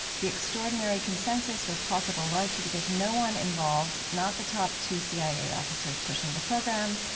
the extraordinary consensus was possible largely because no one involved not the top two cia officers pushing the program,